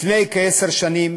לפני כעשר שנים